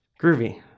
Groovy